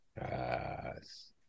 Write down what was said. Yes